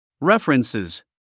References